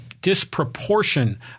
disproportion